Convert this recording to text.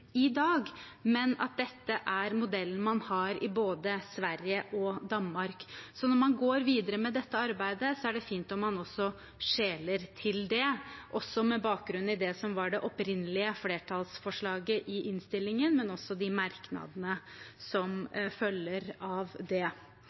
i dag, men dette er modellen man har i både Sverige og Danmark. Så når man går videre med dette arbeidet, er det fint om man også skjeler til det, også med bakgrunn i det som var det opprinnelige flertallsforslaget i innstillingen, men også i merknadene som